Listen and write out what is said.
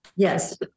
Yes